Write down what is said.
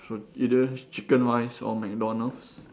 so either chicken rice or McDonald's